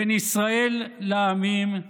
בין ישראל לעמים,